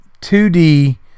2D